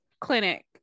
clinic